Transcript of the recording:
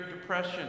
Depression